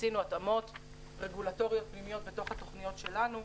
עשינו התאמות פנימיות רגולטוריות פנימיות בתוך התוכניות שלנו,